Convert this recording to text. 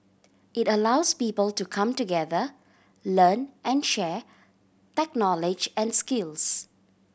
it allows people to come together learn and share tech knowledge and skills